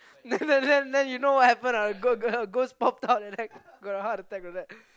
then then then then you know what happen or not got ghost pop up and I got a heart attack of that